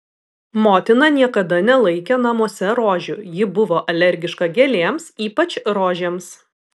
motina niekada nelaikė namuose rožių ji buvo alergiška gėlėms ypač rožėms